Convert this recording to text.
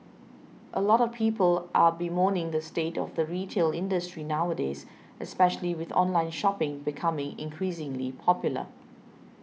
a lot of people are bemoaning the state of the retail industry nowadays especially with online shopping becoming increasingly popular